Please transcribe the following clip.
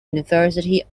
university